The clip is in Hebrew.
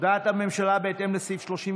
הודעת הממשלה בהתאם לסעיף 31(א) לחוק-יסוד: